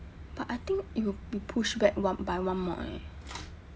but I think it will be pushed back one by one mod eh